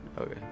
Okay